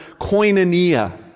koinonia